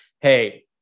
hey